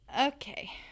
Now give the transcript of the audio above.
Okay